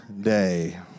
day